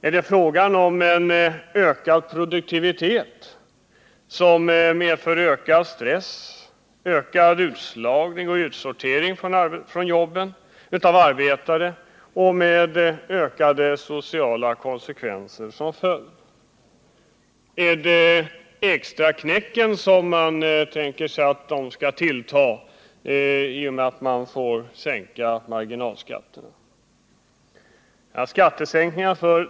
Är det fråga om en ökad produktivitet som medför ökad stress, ökad utslagning och utsortering av arbetare med svåra sociala konsekvenser? Är det extraknäcken som man tänker sig skall öka på grund av en sänkning av marginalskatterna?